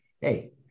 Hey